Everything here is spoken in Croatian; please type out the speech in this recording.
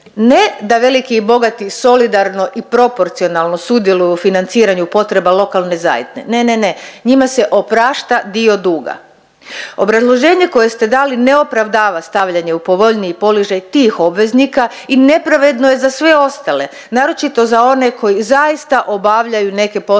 ne da veliki i bogati solidarno i proporcionalno sudjeluju u financiranju potreba lokalne zajedne, ne, ne, ne njima se oprašta dio duga. Obrazloženje koje ste dali ne opravdava stavljanje u povoljniji položaj tih obveznika i nepravedno je za sve ostale, naročito za one koji zaista obavljaju neke poslove